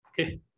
Okay